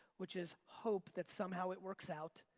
which is hope that somehow it works out,